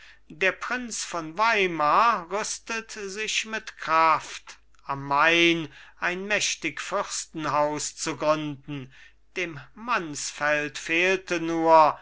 der prinz von weimar rüstet sich mit kraft am main ein mächtig fürstentum zu gründen dem mansfeld fehlte nur